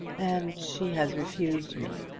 and she has refused me.